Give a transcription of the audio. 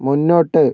മുന്നോട്ട്